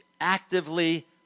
actively